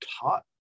taught